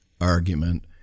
argument